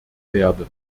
werden